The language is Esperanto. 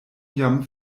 jam